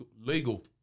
Legal